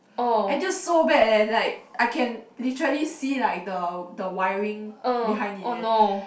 until so bad eh like I can literally see like the the wiring behind it eh